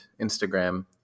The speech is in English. Instagram